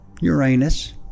Uranus